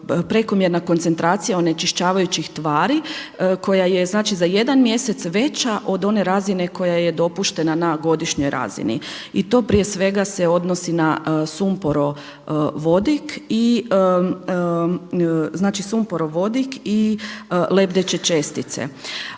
prekomjerna koncentracija onečišćavajućih tvari koja je za jedan mjesec veća od one razine koja je dopuštena na godišnjoj razini. I to prije svega se odnosi na sumporovodik i lebdeće čestice.